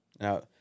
Now